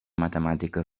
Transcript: matemàtica